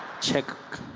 check